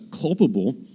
culpable